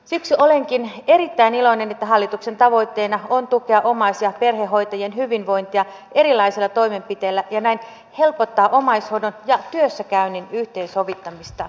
siksi olenkin erittäin iloinen että hallituksen tavoitteena on tukea omais ja perhehoitajien hyvinvointia erilaisilla toimenpiteillä ja näin helpottaa omaishoidon ja työssäkäynnin yhteensovittamista